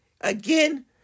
again